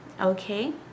okay